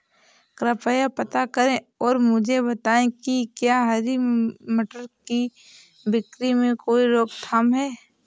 कृपया पता करें और मुझे बताएं कि क्या हरी मटर की बिक्री में कोई रोकथाम है?